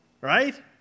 right